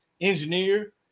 engineer